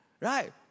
right